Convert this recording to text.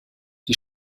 die